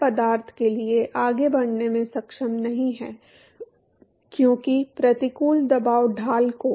तरल पदार्थ के लिए आगे बढ़ने में सक्षम नहीं है क्योंकि प्रतिकूल दबाव ढाल को